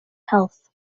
health